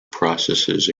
processes